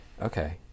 okay